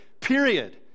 period